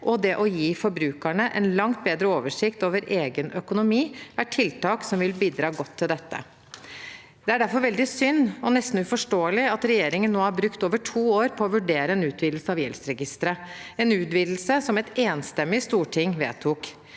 og å gi forbrukerne en langt bedre oversikt over egen økonomi er tiltak som vil bidra godt til dette. Det er derfor veldig synd og nesten uforståelig at regjeringen har brukt over to år på å vurdere en utvidelse av gjeldsregisteret, en utvidelse som et enstemmig storting vedtok.